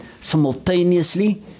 simultaneously